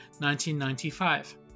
1995